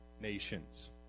nations